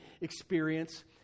experience